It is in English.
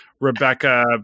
rebecca